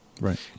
Right